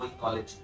college